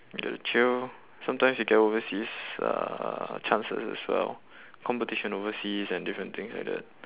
and chill sometimes you get overseas uh chances as well competition overseas and different things like that